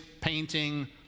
painting